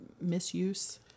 misuse